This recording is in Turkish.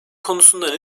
konusunda